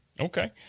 Okay